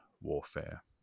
warfare